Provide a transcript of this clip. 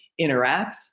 interacts